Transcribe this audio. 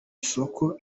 isoko